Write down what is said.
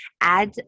add